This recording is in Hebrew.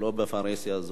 ולא בפרהסיה.